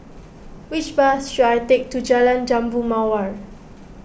which bus should I take to Jalan Jambu Mawar